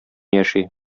яши